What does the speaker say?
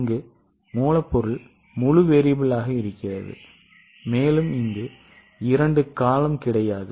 இங்கு மூலப்பொருள் முழு மாறி ஆக உள்ளது மேலும் இங்கு இரண்டு காலம் கிடையாது